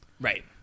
Right